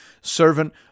servant